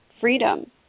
freedom